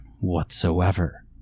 whatsoever